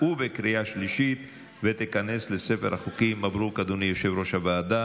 תוצאות ההצבעה: חמישה בעד,